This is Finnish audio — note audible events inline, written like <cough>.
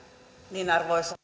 toimeentuloa arvoisa <unintelligible>